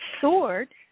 sword